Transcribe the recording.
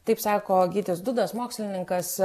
taip sako gytis dudas mokslininkas